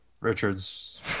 Richards